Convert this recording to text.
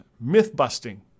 myth-busting